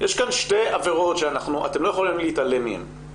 אבל יש כאן שתי עבירות שאתם לא יכולים להתעלם מהן,